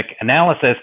analysis